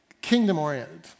kingdom-oriented